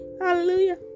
Hallelujah